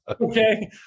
okay